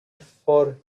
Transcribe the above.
for